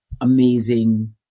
amazing